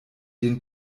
den